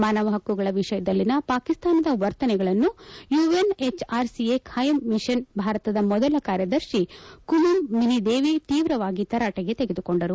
ಮಾನವ ಹಕ್ಕುಗಳ ವಿಷಯದಲ್ಲಿನ ಪಾಕಿಸ್ತಾನದ ವರ್ತನೆಗಳನ್ನು ಯುಎನ್ಎಚ್ಆರ್ಸಿಯ ಬಾಯಂ ಮಿಷನ್ನ ಭಾರತದ ಮೊದಲ ಕಾರ್ಯದರ್ಶಿ ಕುಮಂ ಮಿನಿದೇವಿ ತೀವ್ರವಾಗಿ ತರಾಟೆಗೆ ತೆಗೆದುಕೊಂಡರು